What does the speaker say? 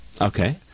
Okay